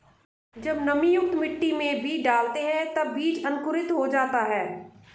जब नमीयुक्त मिट्टी में बीज डालते हैं तब बीज अंकुरित हो जाता है